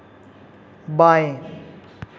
बाएँ